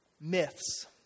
Myths